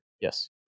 Yes